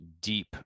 deep